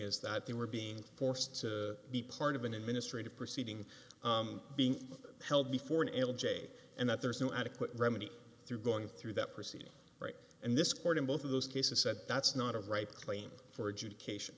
is that they were being forced to be part of an administrative proceeding being held before an l j and that there is no adequate remedy through going through that proceeding right and this court in both of those cases said that's not a right claim for adjudication